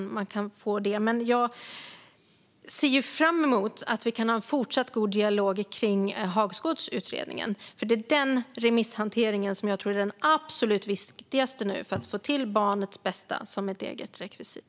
Men jag ser fram emot att vi kan ha en fortsatt god dialog kring Hagsgårdsutredningen, för det är den remisshantering som jag tror är den absolut viktigaste nu för att få till barnets bästa som ett eget rekvisit.